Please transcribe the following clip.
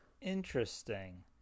interesting